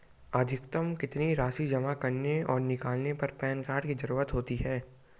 अधिकतम कितनी राशि जमा करने और निकालने पर पैन कार्ड की ज़रूरत होती है?